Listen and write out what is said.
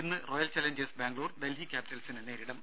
ഇന്ന് Royal Challengers Bangalore Delhi ക്യാപ്പിറ്റൽസിനെ നേരിടും